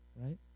Right